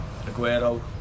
Aguero